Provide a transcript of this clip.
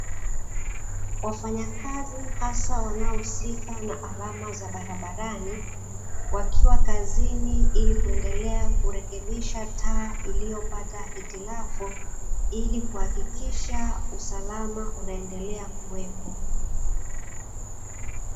Wafanyakazi hasa wanaohusika na alama za barabarani, wakiwa kazini ili kuendelea kurekebisha taa iliyopata hitilafu, ili kuhakikisha usalama unaendelea kuwepo